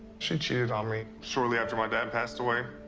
she cheated on me shortly after my dad passed away.